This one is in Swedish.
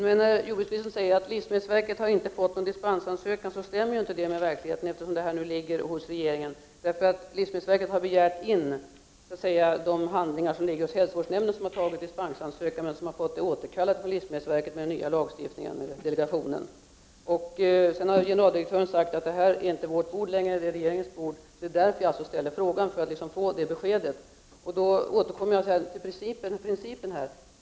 Herr talman! När jordbruksministern säger att livsmedelsverket inte har fått någon dispensansökan stämmer det inte med verkligheten, eftersom detta ärende nu ligger hos regeringen. Livsmedelsverket har nämligen begärt in de handlingar som ligger hos hälsovårdsnämnden som har dispensansökan men som har fått sin rätt att ge dispens återkallad från livsmedelsverket i och med den nya lagstiftningen. Generaldirektören har sagt att detta inte är verkets bord utan att det är regeringens bord. Det är för att få det beskedet som jag ställer frågan. Jag vill därför återkomma till principfrågan.